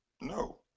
No